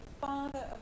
Father